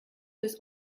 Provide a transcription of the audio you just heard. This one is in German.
bis